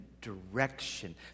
direction